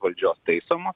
valdžios taisoma